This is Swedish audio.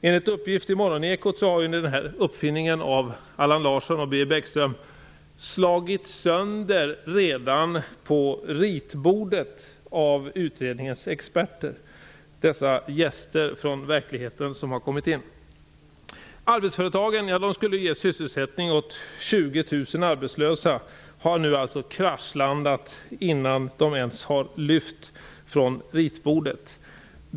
Enligt uppgift i dagens Morgoneko har den här uppfinningen av Allan Larsson och Birger Bäckström slagits sönder redan på ritbordet av utredningens experter - dessa gäster från verkligheten som har kommit in. 20 000 arbetslösa, har nu alltså kraschlandat innan de ens har lyft från ritbordet.